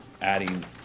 adding